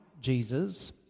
Jesus